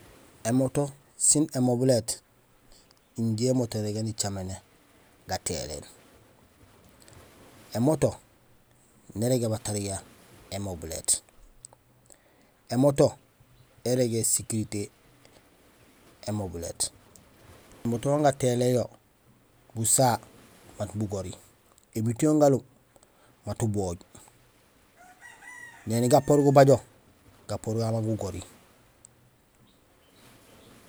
Émoto sin émobilét, injé émoto nirégé nicaméné gatéhiléén. Émoto nérégé batariya émobilét; émoto érégé sécurité émobilét, émoto hon gatéhiléén yo: basaha mat bugori, émiit yon galub mat ubooj, néni gapoor gubajo, gapoor gagu mat gugori.